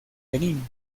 benín